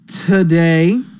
today